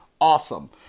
awesome